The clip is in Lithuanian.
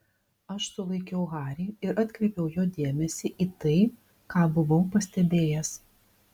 aš sulaikiau harį ir atkreipiau jo dėmesį į tai ką buvau pastebėjęs